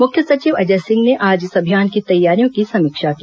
मुख्य सचिव अजय सिंह ने आज इस अभियान की तैयारियों की समीक्षा की